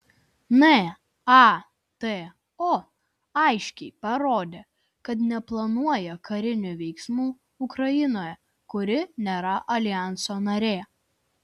nato aiškiai parodė kad neplanuoja karinių veiksmų ukrainoje kuri nėra aljanso narė